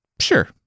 Sure